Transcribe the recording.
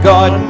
God